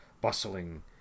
bustling